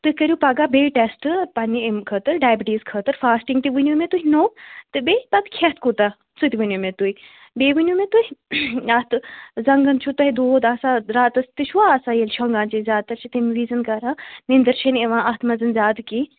تُہۍ کٔرِو پگاہ بیٚیہِ ٹیٚسٹہٕ پنٕنہِ اَمہٕ خٲطرٕ ڈایبٕٹیٖز خٲطرٕ فاسٹِنٛگ تہِ ؤنِو مےٚ تُہۍ نوٚو تہٕ بیٚیہِ پَتہٕ کھیٚتھ کوٗتاہ سُہ تہِ ؤنِو مےٚ تُہۍ بیٚیہِ ؤنِو مےٚ تُہۍ اتھ زنٛگن چھُ تۄہہِ دود آسان راتس تہِ چھُ آسان ییٚلہِ شۄنٛگان چھِ زیادٕ تر چھِ تَمہِ وِِزِ کران نیٚنٛدٕر چھَ نہٕ یِوان اتھ منٛز زیادٕ کیٚنٛہہ